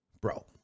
Bro